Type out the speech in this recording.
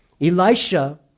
Elisha